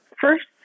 first